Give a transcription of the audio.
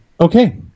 Okay